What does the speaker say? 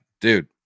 Dude